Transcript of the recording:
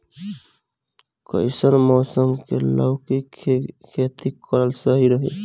कइसन मौसम मे लौकी के खेती करल सही रही?